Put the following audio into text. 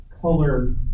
color